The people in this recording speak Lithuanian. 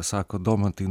sako domantai